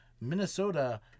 Minnesota